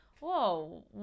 whoa